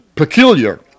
peculiar